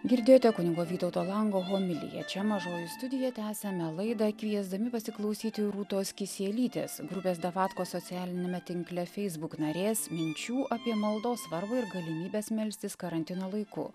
girdėjote kunigo vytauto lango homiliją čia mažoji studija tęsiame laidą kviesdami pasiklausyti rūtos kisielytės grupės davatkos socialiniame tinkle facebook narės minčių apie maldos svarbą ir galimybes melstis karantino laiku